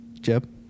Jeb